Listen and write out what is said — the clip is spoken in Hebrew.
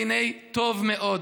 והנה טוב מאד".